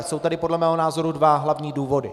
Jsou tady podle mého názoru dva hlavní důvody.